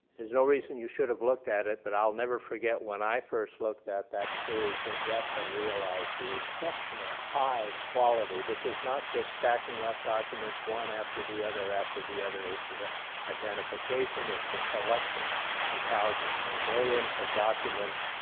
is no reason you should have looked at it, but i will never forget when i first looked at that series in-depth and realize the exceptional high quality. this is not just stacking up documents one after the other, after the other, it's ah identification, it's a selection of thousands, no millions of documents,